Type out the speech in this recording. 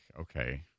Okay